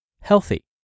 healthy